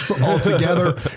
altogether